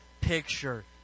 picture